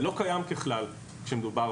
זה לא קיים ככלל כאשר מדובר